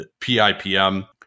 PIPM